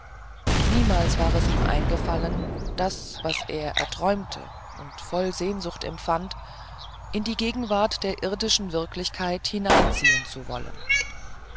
niemals war ihm eingefallen das was er erträumte und voll sehnsucht empfand in die gegenwart der irdischen wirklichkeit hineinzuziehen zu wollen